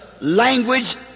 language